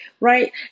right